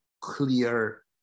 clear